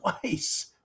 Twice